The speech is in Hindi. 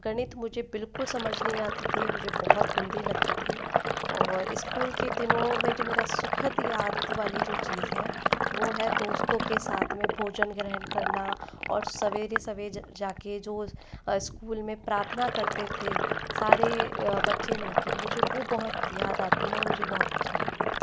गणित मुझे बिल्कुल समझ नहीं आती थी मुझे बहुत गन्दी लगती थी और स्कूल के दिनों में जो मेरा सुखद याद वाली जो चीज़ है वह है दोस्तों के साथ में भोजन ग्रहण करना और सवेरे सवे जाकर जो स्कूल में प्रार्थना करते थे सारे बच्चे मिल कर मुझे वह बहुत याद आती है और मुझे बहुत अच्छा लगता है